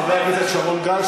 חבר הכנסת שרון גל,